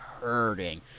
hurting